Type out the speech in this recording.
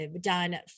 done